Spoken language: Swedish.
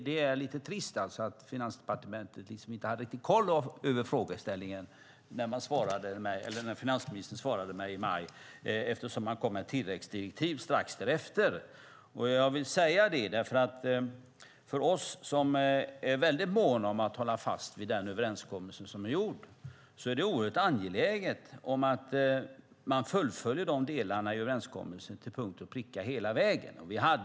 Det är lite trist att Finansdepartementet inte hade riktig koll på frågeställningen när finansministern svarade mig i maj, eftersom han kom med tilläggsdirektiv strax därefter. Jag vill säga det därför att för oss som är väldigt måna om att hålla fast vid den överenskommelse som är gjord är det oerhört angeläget att de olika delarna i överenskommelsen fullföljs till punkt och pricka hela vägen.